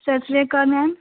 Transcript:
Sat Sri Akal ma'am